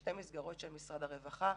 ושתי מסגרות אחרות